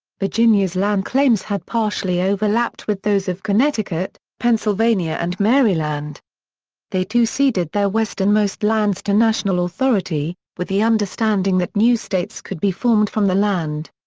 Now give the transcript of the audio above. virginia's land claims had partially overlapped with those of connecticut, pennsylvania and maryland they too ceded their westernmost lands to national authority, with the understanding that new states could be formed from the land.